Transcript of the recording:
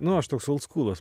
nu aš toks oldskūlas